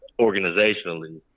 Organizationally